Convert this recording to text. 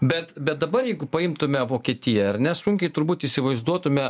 bet bet dabar jeigu paimtume vokietiją ar ne sunkiai turbūt įsivaizduotume